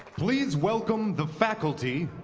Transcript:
please welcome the faculty,